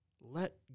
Let